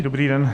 Dobrý den.